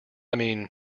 mean